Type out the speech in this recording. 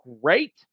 great